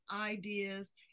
ideas